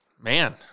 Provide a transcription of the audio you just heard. man